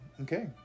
Okay